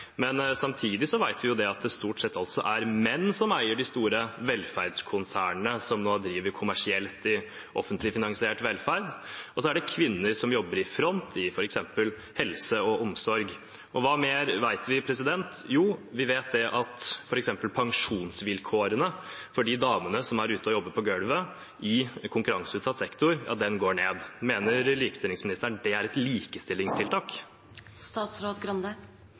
Samtidig vet vi at det stort sett er menn som eier de store velferdskonsernene som nå driver kommersielt i offentlig finansiert velferd, og så er det kvinner som jobber i front i f.eks. helse og omsorg. Hva mer vet vi? Jo, vi vet at f.eks. pensjonsvilkårene for de damene som er ute og jobber på gulvet i konkurranseutsatt sektor, går ned. Mener likestillingsministeren det er et